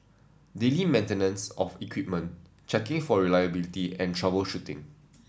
daily maintenance of equipment checking for reliability and troubleshooting